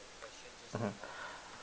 mmhmm